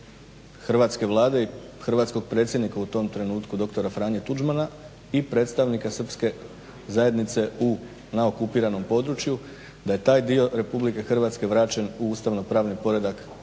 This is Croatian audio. hrvatske Vlade i hrvatskog predsjednika u tom trenutku dr. Franje Tuđmana i predstavnika srpske zajednice na okupiranom području da je taj dio RH vraćen u ustavnopravni poredak RH čime